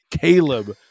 Caleb